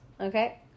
Okay